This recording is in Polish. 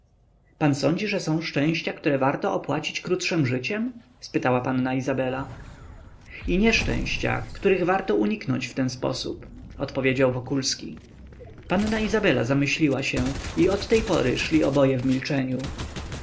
pan sądzi że są szczęścia które warto opłacić krótszem życiem spytała panna izabela i nieszczęścia których warto uniknąć w ten sposób odpowiedział wokulski panna izabela zamyśliła się i od tej pory szli oboje w milczeniu